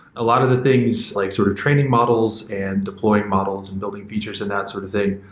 a lot of the things, like sort of training models and deploying models and building features in that sort of thing,